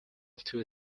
two